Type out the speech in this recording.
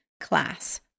class